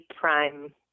prime